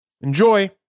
Enjoy